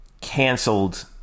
canceled